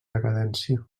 decadència